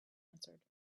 answered